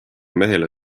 mehele